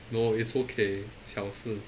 no it's okay 小事